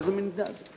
איזה מין מדינה?